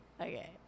Okay